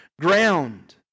ground